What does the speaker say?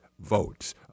votes